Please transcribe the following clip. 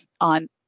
on